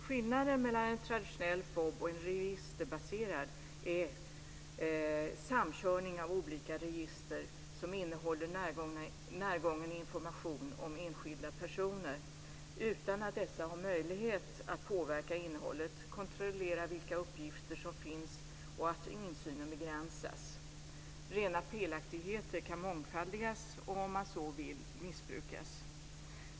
Skillnaden mellan en traditionell folk och bostadsräkning och en registerbaserad är samkörning av olika register som innehåller närgången information om enskilda personer utan att dessa har möjlighet att påverka innehållet eller kontrollera vilka uppgifter som finns och att insynen begränsas. Rena felaktigheter kan mångfaldigas och, om man så vill, missbrukas.